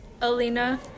Alina